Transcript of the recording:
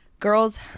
Girls